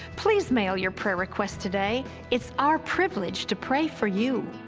please mail your prayer request today. it's our privilege to pray for you.